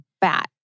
bat